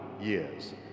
years